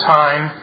time